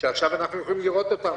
שעכשיו אנחנו יכולים לראות אותם,